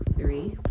three